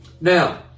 Now